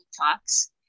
Talks